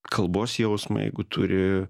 kalbos jausmą jeigu turi